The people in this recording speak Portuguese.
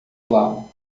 lago